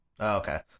Okay